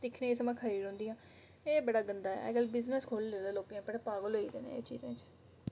दिक्खने गी समां खरी रौंह्दिया एह् बड़ा गंदा ऐ अजकल्ल बिजनस खोह्ली लेदा लोकें अपना पागल होई गेदे न एह्